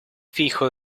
fijo